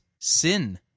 Sin